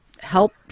help